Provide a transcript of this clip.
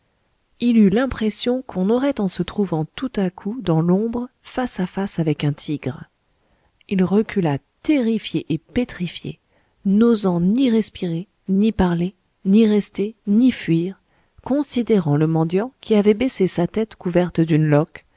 il eut l'impression qu'on aurait en se trouvant tout à coup dans l'ombre face à face avec un tigre il recula terrifié et pétrifié n'osant ni respirer ni parler ni rester ni fuir considérant le mendiant qui avait baissé sa tête couverte d'une loque